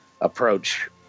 approach